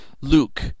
Luke